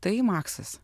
tai maksas